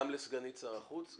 גם לסגנית שר החוץ?